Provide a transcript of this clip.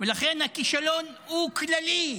ולכן הכישלון של השר הזה הוא כללי.